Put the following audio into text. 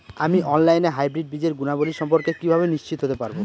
আমি অনলাইনে হাইব্রিড বীজের গুণাবলী সম্পর্কে কিভাবে নিশ্চিত হতে পারব?